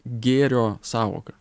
gėrio sąvoka